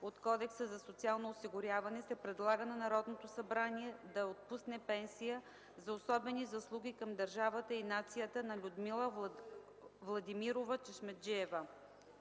от Кодекса за социално осигуряване се предлага на Народното събрание да отпусне пенсия за особени заслуги към държавата и нацията на Людмила Владимирова Чешмеджиева.